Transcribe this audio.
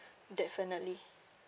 definitely